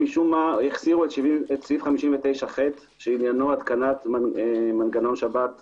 משום מה החסירו את סעיף 59ח שעניינו התקנת מנגנון שבת בבניין.